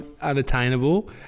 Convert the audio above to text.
unattainable